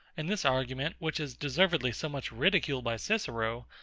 and this argument, which is deservedly so much ridiculed by cicero,